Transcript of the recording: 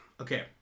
okay